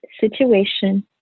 situation